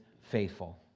faithful